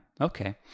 Okay